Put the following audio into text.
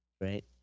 Right